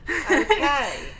Okay